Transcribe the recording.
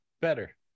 Better